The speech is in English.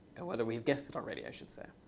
and whether we've guessed it already, i should say.